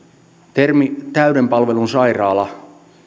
termi täyden palvelun sairaala